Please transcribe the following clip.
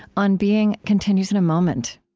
on being continues in a moment